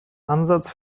ansatz